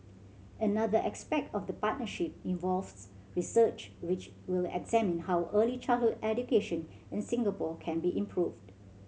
another aspect of the partnership involves research which will examine how early childhood education in Singapore can be improved